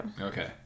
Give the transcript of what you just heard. Okay